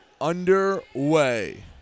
underway